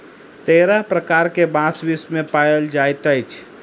तेरह प्रकार के बांस विश्व मे पाओल जाइत अछि